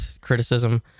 criticism